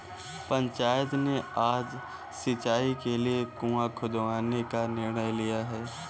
पंचायत ने आज सिंचाई के लिए कुआं खुदवाने का निर्णय लिया है